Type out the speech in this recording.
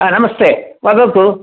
हा नमस्ते वदतु